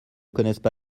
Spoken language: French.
connaissent